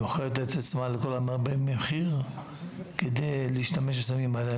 היא מוכרת את עצמה לכל המרבה במחיר כדי להשתמש בסמים הללו.